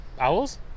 owls